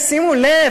שימו לב,